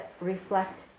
reflect